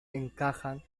encajan